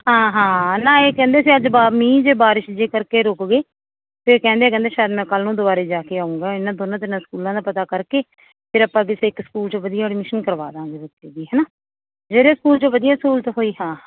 ਹਾਂ ਹਾਂ ਨਾ ਇਹ ਕਹਿੰਦੇ ਸੀ ਅੱਜ ਬਾ ਮੀਂਹ ਜੇ ਬਾਰਿਸ਼ ਜੇ ਕਰਕੇ ਰੁਕ ਗਏ ਅਤੇ ਕਹਿੰਦੇ ਕਹਿੰਦੇ ਸ਼ਾਇਦ ਮੈਂ ਕੱਲ ਨੂੰ ਦੁਬਾਰਾ ਜਾ ਕੇ ਆਊਂਗਾ ਇਨ੍ਹਾਂ ਦੋਨਾਂ ਤਿੰਨਾਂ ਸਕੂਲਾਂ ਦਾ ਪਤਾ ਕਰਕੇ ਫਿਰ ਆਪਾਂ ਕਿਸੇ ਇੱਕ ਸਕੂਲ 'ਚ ਵਧੀਆ ਅਡਮੀਸ਼ਨ ਕਰਵਾ ਦਾਂਗੇ ਬੱਚੇ ਦੀ ਹੈ ਨਾ ਜਿਹੜੇ ਸਕੂਲ 'ਚ ਵਧੀਆ ਸਹੂਲਤ ਹੋਈ ਹਾਂ